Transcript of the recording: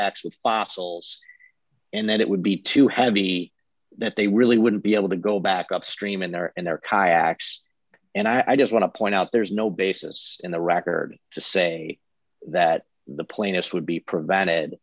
with fossils and that it would be too heavy that they really wouldn't be able to go back upstream in there and they're kayaks and i just want to point out there's no basis in the record to say that the plaintiffs would be prevented